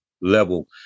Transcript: level